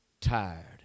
tired